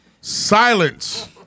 silence